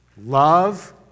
Love